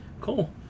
Cool